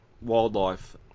wildlife